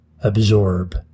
absorb